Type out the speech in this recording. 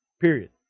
period